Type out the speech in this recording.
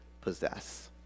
possess